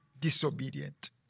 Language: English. disobedient